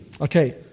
Okay